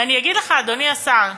ואני אגיד לך, אדוני השר,